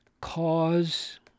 cause